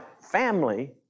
family